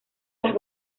las